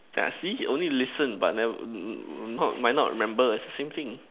yeah see only listen but never m~ not might not remember same thing